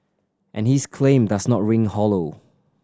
and his claim does not ring hollow